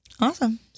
Awesome